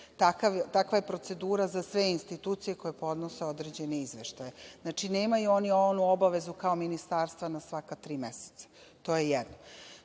Takva je procedura za sve institucije koje podnose određene izveštaje. Znači, nemaju oni onu obavezu kao ministarstva na svaka tri meseca. To je jedno. Drugo,